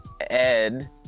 Ed